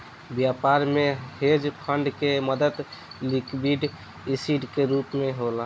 व्यापार में hedge fund के मदद लिक्विड एसिड के रूप होला